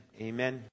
Amen